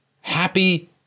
happy